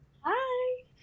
Hi